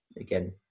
Again